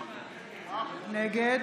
נגד